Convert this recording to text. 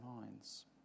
minds